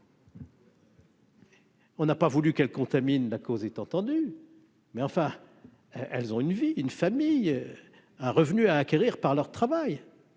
On n'a pas voulu qu'elle contamine la cause est entendue : mais enfin, elles ont une vie, une famille à revenus à acquérir par leur travail,